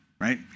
right